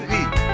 eat